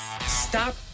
Stop